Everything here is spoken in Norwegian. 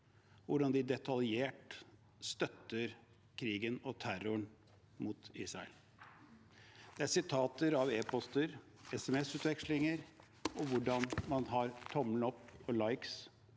hvordan de detaljert støtter krigen og terroren mot Israel. Det er sitater av e-poster og sms-utvekslinger og viser at man har tommelen opp og «likes»